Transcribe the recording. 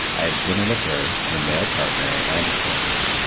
i had dinner with her, her male partner and her kids.